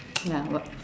ya what